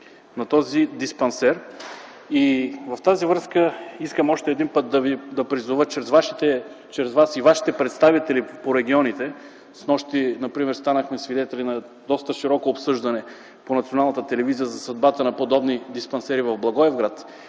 на този диспансер. В тази връзка искам още един път да призова чрез Вас и вашите представители по регионите – снощи, например, станахме свидетели на доста широко обсъждане по Националната телевизия на съдбата на подобни диспансери в Благоевград,